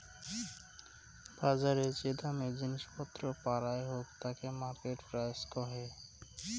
বজারে যে দামে জিনিস পত্র পারায় হই তাকে মার্কেট প্রাইস কহে